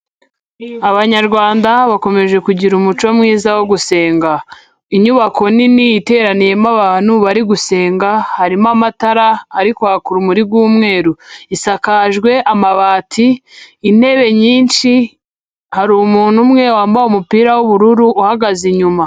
Abanyarwanda bakomeje kugira umuco mwiza wo gusenga, inyubako nini iteraniyemo abantu bari gusenga harimo amatara ari kwaka urumuri rw'umweru, isakajwe amabati, intebe nyinshi, hari umuntu umwe wambaye umupira w'ubururu uhagaze inyuma.